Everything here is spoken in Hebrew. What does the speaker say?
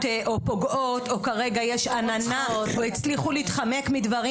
או פוגעות או כרגע יש עננה או הצליחו להתחמק מדברים